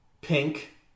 pink